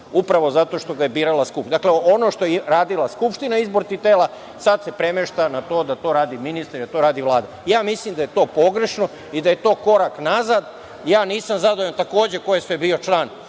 upravo zato što ga je birala Skupština. Dakle, ono što je radila Skupština, izbor tih tela, sada se premešta na to da to radi ministar i da to radi Vlada. Mislim da je to pogrešno i da je to korak nazad. Nisam zadovoljan takođe ko je sve bio član